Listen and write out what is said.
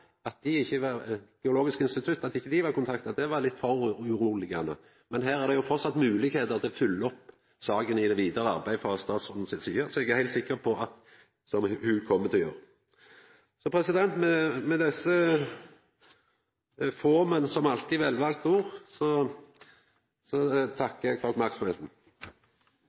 institutt ikkje var kontakta, var litt urovekkjande, men her er det framleis mogleg å følgja opp saka i det vidare arbeidet frå statsråden si side. Det er eg heilt sikker på at ho kjem til å gjera. Så med desse få, men som alltid velvalde orda, takkar eg for oppmerksemda. Sakens ordfører har redegjort for